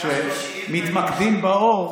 כשמתמקדים באור,